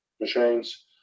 machines